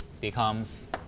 becomes